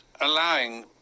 allowing